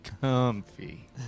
comfy